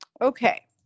Okay